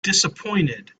disappointed